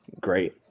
great